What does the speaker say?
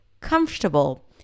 comfortable